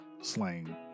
slang